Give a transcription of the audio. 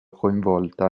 coinvolta